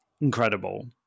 incredible